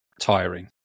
tiring